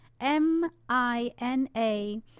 m-i-n-a